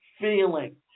feeling